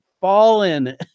fallen